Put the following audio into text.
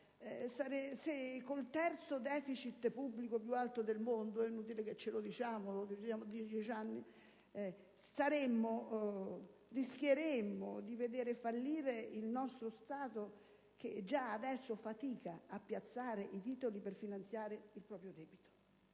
con il terzo deficit pubblico più alto del mondo - è inutile che lo ricordiamo - rischieremmo di vedere fallire il nostro Stato, che già adesso fatica a piazzare i titoli per finanziare il proprio debito.